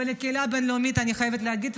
ולקהילה הבין-לאומית אני חייבת להגיד,